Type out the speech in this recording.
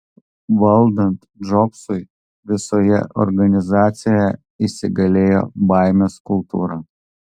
valdant džobsui visoje organizacijoje įsigalėjo baimės kultūra